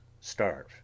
starve